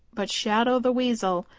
but shadow the weasel,